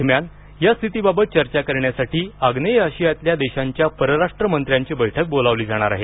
दरम्यान या प्रकरणीच्या स्थितीबाबत चर्चा करण्यासाठी आग्नेय आशियातल्या देशांच्या परराष्ट्रमंत्र्यांची बैठक बोलावली जाणार आहे